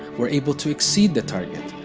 were able to exceed the target,